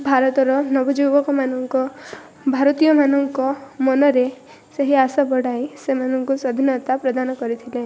ଭାରତର ନବଯୁବକମାନଙ୍କ ଭାରତୀୟମାନଙ୍କ ମନରେ ସେହି ଆଶା ବଢ଼ାଇ ସେମାନଙ୍କୁ ସ୍ୱାଧୀନତା ପ୍ରଦାନ କରିଥିଲେ